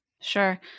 Sure